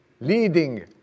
leading